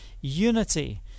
unity